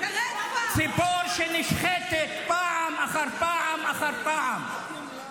ציפור שנשחטת פעם אחר פעם אחר פעם.